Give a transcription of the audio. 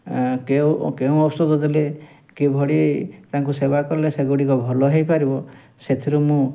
କେଉଁ ଔଷଧ ଦେଲେ କିଭଳି ତାଙ୍କୁ ସେବା କଲେ ସେଗୁଡ଼ିକ ଭଲ ହେଇପାରିବ ସେଥିରୁ ମୁଁ